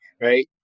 right